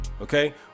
okay